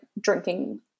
drinking